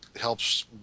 helps